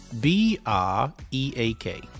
B-R-E-A-K